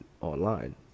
online